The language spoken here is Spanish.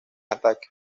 ataque